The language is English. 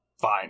fine